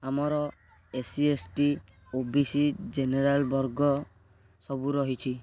ଆମର S C S T O B C general ବର୍ଗ ସବୁ ରହିଛି